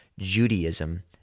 Judaism